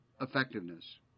effectiveness